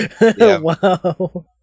Wow